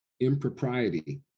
impropriety